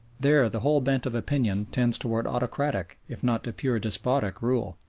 there the whole bent of opinion tends towards autocratic if not to pure despotic rule.